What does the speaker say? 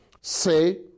Say